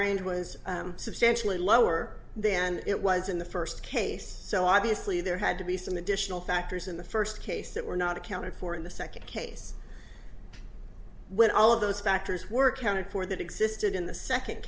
range was substantially lower then it was in the first case so obviously there had to be some additional factors in the first case that were not accounted for in the second case when all of those factors were counted for that existed in the second